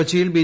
കൊച്ചിയിൽ ബി